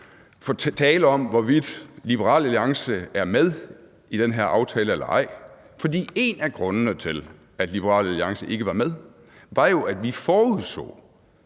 tale om, hvorvidt Liberal Alliance er med i den her aftale eller ej. For en af grundene til, at Liberal Alliance ikke var med, var jo, at vi forudså,